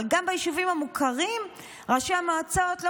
אבל גם ביישובים המוכרים ראשי המועצות לא